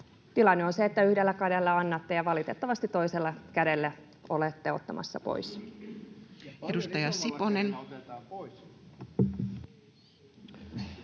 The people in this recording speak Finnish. tilanne on se, että yhdellä kädellä annatte ja valitettavasti toisella kädellä olette ottamassa pois.